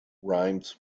rhymes